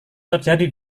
terjadi